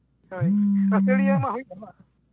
ᱦᱳᱭ ᱟᱹᱥᱟᱹᱲᱤᱭᱟᱹ ᱢᱟ ᱦᱩᱭᱩᱜᱼᱟ ᱵᱟᱝ